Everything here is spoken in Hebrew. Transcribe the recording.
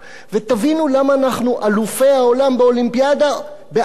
למה אנחנו אלופי העולם באולימפיאדה באקרובטיקה,